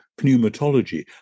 pneumatology